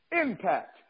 impact